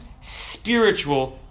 spiritual